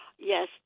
Yes